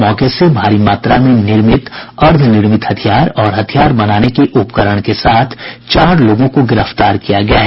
मौके से भारी मात्रा में निर्मित अर्द्वनिर्मित हथियार और हथियार बनाने के उपकरण के साथ चार लोगों को गिरफ्तार किया गया है